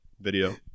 video